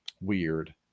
weird